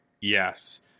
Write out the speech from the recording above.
Yes